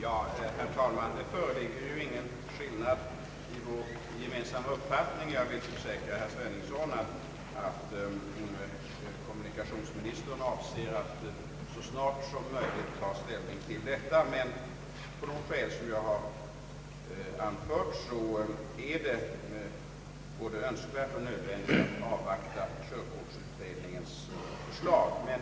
Herr talman! Det föreligger ingen skillnad i vår uppfattning, herr Sve ningsson. Jag vill försäkra herr Sveningsson att kommunikationsministern avser att snarast möjligt ta ställning till denna fråga. Av de skäl som jag har anfört är det både önskvärt och nödvändigt att avvakta körkortsutredningens förslag.